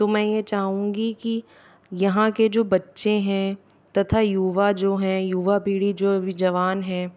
तो मैं ये चाहूंगी कि यहाँ के जो बच्चे हैं तथा युवा जो हैं युवा पीढ़ी जो अभी जवान है